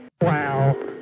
Wow